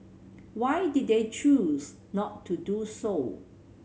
why did they choose not to do so